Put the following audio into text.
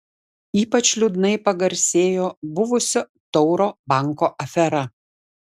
ypač liūdnai pagarsėjo buvusio tauro banko afera